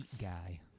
guy